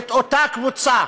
את אותה קבוצה